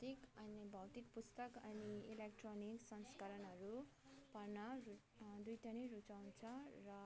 मलाई भौतिक अनि भौतिक पुस्तक अनि इलेक्ट्रोनिक संस्करणहरू पढ्न दुइवटा नै रुचाउँछ र मलाई